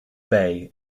bay